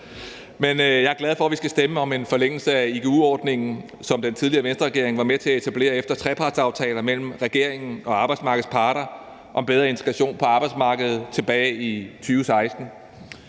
her. Jeg er glad for, at vi skal stemme om en forlængelse af igu-ordningen, som den tidligere Venstreregering var med til at etablere efter trepartsaftaler mellem regeringen og arbejdsmarkedets parter om bedre integration på arbejdsmarkedet tilbage i 2016.